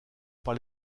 par